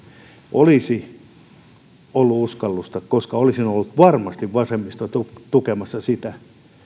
olisi ollut uskallusta koska vasemmisto olisi ollut varmasti tukemassa sitä